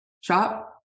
shop